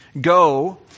go